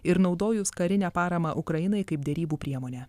ir naudojus karinę paramą ukrainai kaip derybų priemonę